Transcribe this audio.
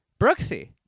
brooksy